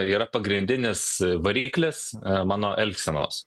yra pagrindinis variklis mano elgsenos